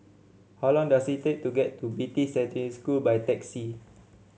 how long does it take to get to Beatty Secondary School by taxi